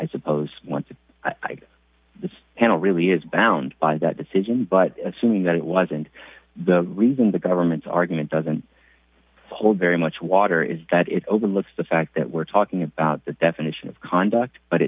i suppose want to the panel really is bound by that decision but assuming that it was and the reason the government's argument doesn't hold very much water is that it overlooks the fact that we're talking about the definition of conduct